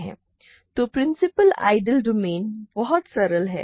तो principal ideal domain बहुत सरल है